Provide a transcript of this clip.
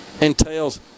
entails